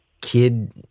kid